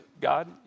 God